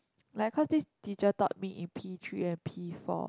like because this teacher taught me in P-three and P-four